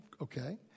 Okay